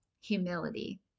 humility